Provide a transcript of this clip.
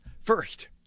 First